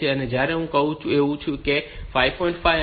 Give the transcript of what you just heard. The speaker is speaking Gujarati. તેથી જ્યારે હું કહું કે મેં એવું કહ્યું છે કે આ 5